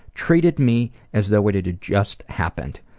treated me as though it it just happened.